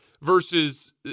versus